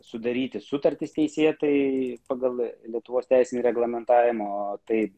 sudaryti sutartis teisėtai pagal lietuvos teisinį reglamentavimą o tai